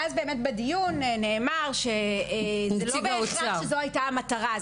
ואז בדיון נאמר שלא בהכרח זו הייתה המטרה,